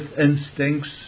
instincts